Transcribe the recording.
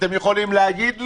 אתם יכולים להגיד לי?